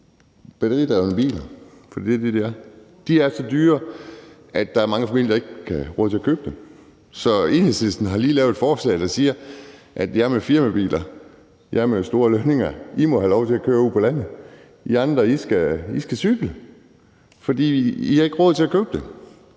batteridrevne biler, for det er det, de er, er så dyre, at der er mange familier, der ikke har råd til at købe dem. Så Enhedslisten har lige fremsat et forslag, der siger: Jer med firmabiler og jer med høje lønninger må have lov til at køre ude på landet; I andre skal cykle, for I har ikke råd til at købe de